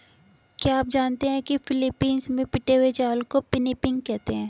क्या आप जानते हैं कि फिलीपींस में पिटे हुए चावल को पिनिपिग कहते हैं